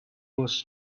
was